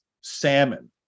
salmon